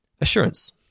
Assurance